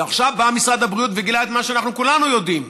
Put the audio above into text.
ועכשיו בא משרד הבריאות וגילה את מה שאנחנו כולנו יודעים,